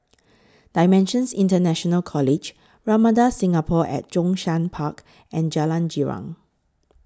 DImensions International College Ramada Singapore At Zhongshan Park and Jalan Girang